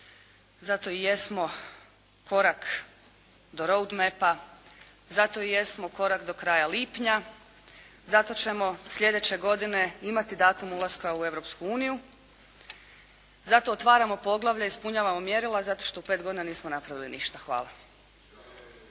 Zato i jesmo korak do «road-mapa», zato i jesmo korak do kraja lipnja. Zato ćemo sljedeće godine imati datum ulaska u Europsku uniju. Zato otvaramo poglavlje, ispunjavamo mjerila, zato što u 5 godina nismo napravili ništa. Hvala.